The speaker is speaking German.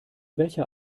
welcher